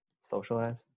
socialize